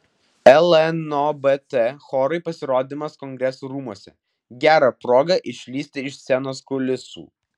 lnobt chorui pasirodymas kongresų rūmuose gera proga išlįsti iš scenos kulisų